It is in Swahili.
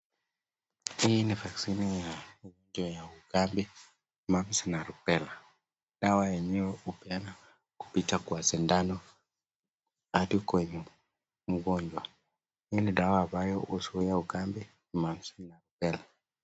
Hii ni vaksini ya ugonjwa wa ukambi, mampi na rubela, dawa yenyewe hupeanwa kupita kwa sindano hadi kwenye mgonjwa hii ni dawwa huzuia ugonjwa wa ukambi, mampi na rubela.